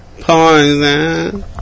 poison